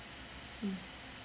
mm